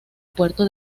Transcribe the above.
puerto